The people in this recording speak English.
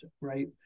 right